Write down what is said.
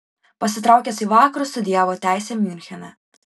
pasitraukęs į vakarus studijavo teisę miunchene